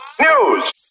news